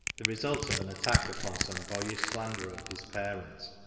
the result of an attack upon some boyish slanderer of his parent,